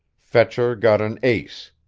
fetcher got an ace,